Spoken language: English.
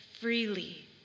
freely